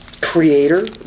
Creator